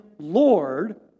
Lord